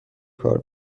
کار